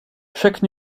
chaque